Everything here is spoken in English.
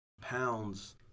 pounds